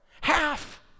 Half